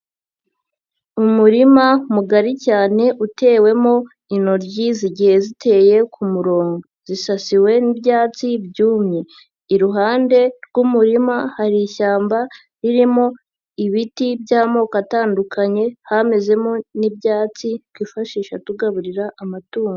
Umurima mugari cyane utewemo inoryi zigiye ziteye ku murongo, zisasiwe n'ibyatsi byumye, iruhande rw'umurima hari ishyamba ririmo ibiti by'amoko atandukanye hamezemo n'ibyatsi twifashisha tugaburira amatungo.